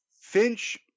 Finch